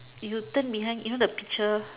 if you turn behind even the picture